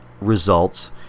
results